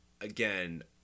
Again